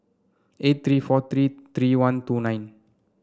eight three four three three one two nine